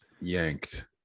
yanked